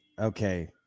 okay